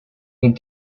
need